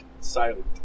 silent